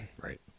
Right